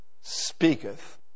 speaketh